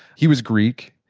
he was greek,